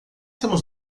temos